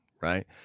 right